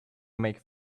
make